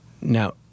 Now